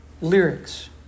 Lyrics